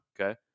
Okay